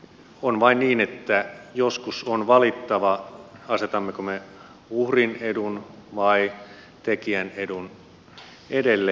on vain niin että joskus on valittava asetammeko me uhrin edun vai tekijän edun edelle